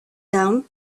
down